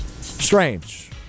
Strange